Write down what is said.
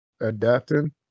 adapting